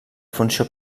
funció